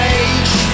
age